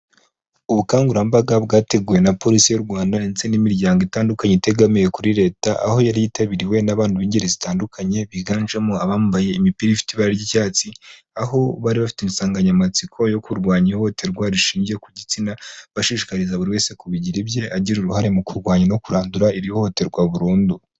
Ubukangurambaga bwateguwe na polisi y'u Rwanda ndetse n'imiryango itandukanye itegamiye kuri leta, aho yari yitabiriwe n'abantu b'ingeri zitandukanye, biganjemo abambaye imipira ifite ibara ry'icyatsi, aho bari bafite insanganyamatsiko yo kurwanya ihohoterwa rishingiye ku gitsina, bashishikariza buri wese kubigira ibye, agira uruhare mu kurwanya no kurandura iri hohoterwa burundu.